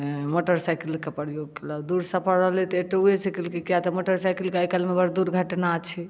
motor cycle के प्रयोग केलक दूर सफर रहलै तऽ ऑटोये सँ केलकै किया तऽ मोटर साइकिल के आइकाल्हि मे बड दुर्घटना छै